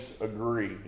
agree